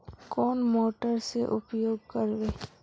कौन मोटर के उपयोग करवे?